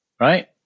Right